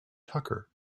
tucker